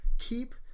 Keep